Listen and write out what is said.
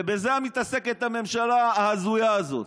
ובזה מתעסקת הממשלה ההזויה הזאת.